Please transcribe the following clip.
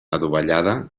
adovellada